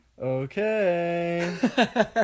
Okay